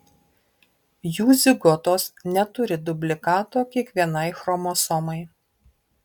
jų zigotos neturi dublikato kiekvienai chromosomai